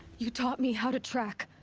you taught me how to track.